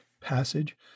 passage